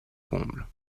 comble